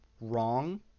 wrong